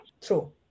True